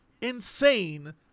insane